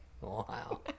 Wow